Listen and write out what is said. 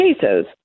cases